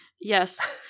Yes